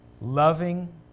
loving